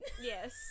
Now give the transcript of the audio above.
Yes